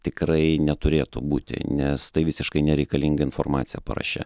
tikrai neturėtų būti nes tai visiškai nereikalinga informacija paraše